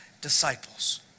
disciples